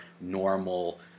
normal